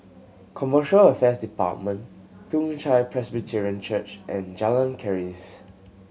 Commercial Affairs Department Toong Chai Presbyterian Church and Jalan Keris